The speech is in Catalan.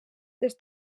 dels